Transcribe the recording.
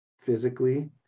physically